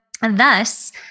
thus